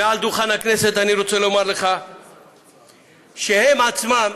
מעל דוכן הכנסת, אני רוצה לומר לך שהם עצמם